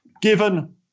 given